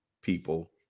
people